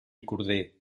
corder